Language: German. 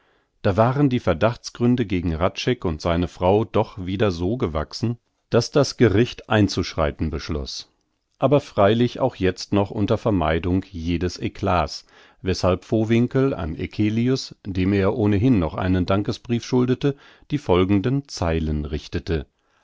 da waren die verdachtsgründe gegen hradscheck und seine frau doch wieder so gewachsen daß das gericht einzuschreiten beschloß aber freilich auch jetzt noch unter vermeidung jedes eclats weshalb vowinkel an eccelius dem er ohnehin noch einen dankesbrief schuldete die folgenden zeilen richtete